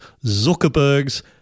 Zuckerberg's